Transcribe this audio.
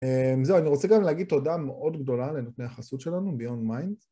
זהו, אני רוצה גם להגיד תודה מאוד גדולה לנותני החסות שלנו ביונד מיינד.